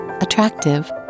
attractive